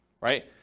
right